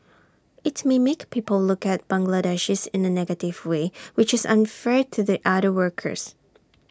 IT may make people look at Bangladeshis in A negative way which is unfair to the other workers